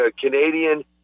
Canadian